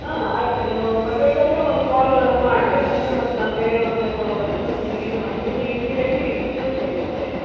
ಹಾಂ ಆಯಿತು ನೀವೂ ಬರ್ಬೇಕಾದರೆ ಒಂದು ಕಾಲ್ ಮಾಡಿರಿ ಅಂದರೆ ಮತ್ತು ನಾ ಬೇರೆಯವ್ರಿಗೆ ಕೊಡೊ ಬದ್ಲಿಗೆ ಮತ್ತು ನಿಮ್ಗೆ ಇದು ಮಾಡ್ತೀವಿ ನೀವು ಇಮಿಡೇಟ್ಲಿ ತಿಳಿಸ್ಬೇಕು ಮತ್ತೆ